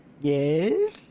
Yes